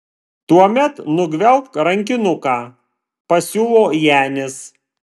tuomet nugvelbk rankinuką pasiūlo janis